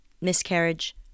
miscarriage